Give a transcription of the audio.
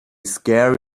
scare